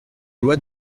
loi